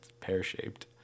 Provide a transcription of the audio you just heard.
Pear-shaped